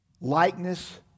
likeness